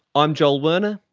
i'm joel werner,